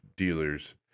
Dealers